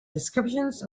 descriptions